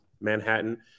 Manhattan